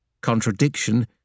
contradiction